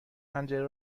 پنجره